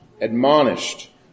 admonished